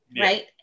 right